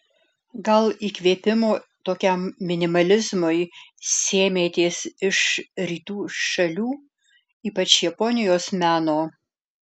gal įkvėpimo tokiam minimalizmui sėmėtės iš rytų šalių ypač japonijos meno